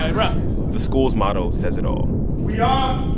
hey, brah the school's motto says it all we are.